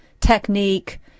technique